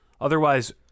otherwise